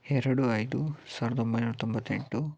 ಎರಡು ಐದು ಸಾವಿರದ ಒಂಬೈನೂರ ತೊಂಬತ್ತೆಂಟು